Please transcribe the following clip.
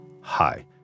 hi